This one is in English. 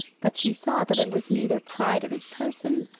but she saw that it was neither pride of his person,